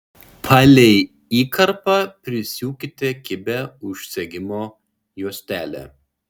palei įkarpą prisiūkite kibią užsegimo juostelę